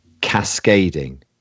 cascading